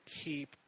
keep